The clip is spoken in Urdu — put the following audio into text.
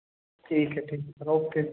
ٹھیک ہے ٹھیک سر اوکے